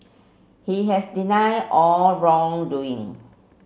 he has denied all wrongdoing